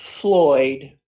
Floyd